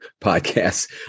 podcasts